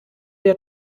der